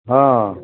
हँ